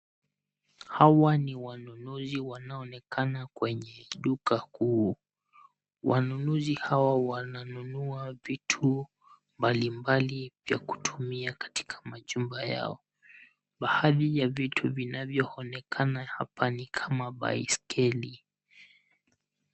Hawa ni wanunuzi wanaoonekana kwenye duka kuu. Wanunuzi hawa wananunua vitu mbalimbali vya kutumia katika majumba yao. Baadhi ya vitu vinavyoonekana hapa ni kama baiskeli.